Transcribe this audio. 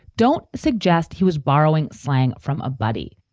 don't suggest he was borrowing slang from a buddy.